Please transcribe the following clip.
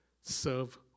serve